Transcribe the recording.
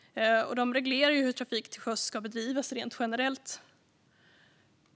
De reglerar hur trafik till sjöss ska bedrivas rent generellt.